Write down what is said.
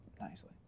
nicely